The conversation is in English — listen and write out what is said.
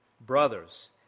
brothers